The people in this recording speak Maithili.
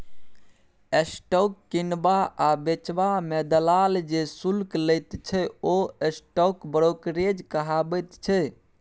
स्टॉक किनबा आ बेचबा मे दलाल जे शुल्क लैत छै ओ स्टॉक ब्रोकरेज कहाबैत छै